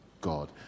God